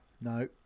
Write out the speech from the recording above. no